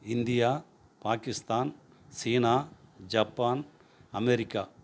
India Pakistan சீனா Japan America